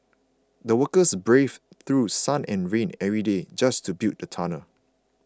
the workers braved through sun and rain every day just to build the tunnel